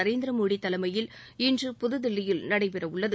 நரேந்திர மோடி தலைமையில் இன்ற புதுதில்லியில் நடைபெறவுள்ளது